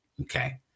Okay